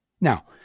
Now